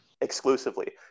exclusively